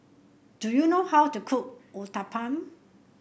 do you know how to cook Uthapam